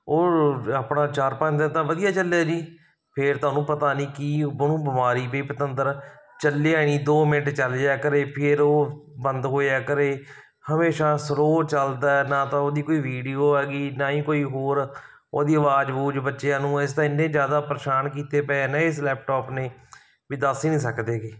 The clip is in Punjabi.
ਉਹ ਆਪਣਾ ਚਾਰ ਪੰਜ ਦਿਨ ਤਾਂ ਵਧੀਆ ਚੱਲਿਆ ਜੀ ਫਿਰ ਤਾਂ ਉਹਨੂੰ ਪਤਾ ਨਹੀਂ ਕੀ ਉਹਨੂੰ ਬਿਮਾਰੀ ਪਈ ਪਤੰਦਰ ਚੱਲਿਆ ਨਹੀਂ ਦੋ ਮਿੰਟ ਚੱਲ ਜਾਇਆ ਕਰੇ ਫਿਰ ਉਹ ਬੰਦ ਹੋ ਜਾਇਆ ਕਰੇ ਹਮੇਸ਼ਾ ਰੋਜ਼ ਚੱਲਦਾ ਨਾ ਤਾਂ ਉਹਦੀ ਕੋਈ ਵੀਡੀਓ ਹੈਗੀ ਨਾ ਹੀ ਕੋਈ ਹੋਰ ਉਹਦੀ ਆਵਾਜ਼ ਅਵੂਜ ਬੱਚਿਆਂ ਨੂੰ ਅਸੀਂ ਤਾਂ ਇੰਨੇ ਜ਼ਿਆਦਾ ਪਰੇਸ਼ਾਨ ਕੀਤੇ ਪਏ ਨੇ ਇਸ ਲੈਪਟੋਪ ਨੇ ਵੀ ਦੱਸ ਹੀ ਨਹੀਂ ਸਕਦੇ ਹੈਗੇ